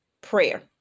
prayer